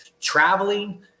traveling